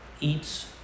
Eats